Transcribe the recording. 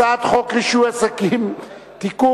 הצעת חוק רישוי עסקים (תיקון,